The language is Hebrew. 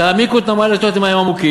תעמיקו את הנמל למים עמוקים,